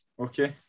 okay